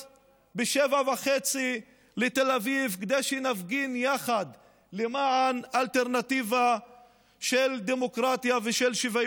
אף פעם לא דמיינתי לעצמי ש-15 שנים אחרי החוויה הזאת אני אחווה בעצמי